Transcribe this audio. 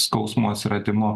skausmo atsiradimu